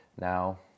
now